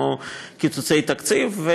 כמו קיצוצי תקציב.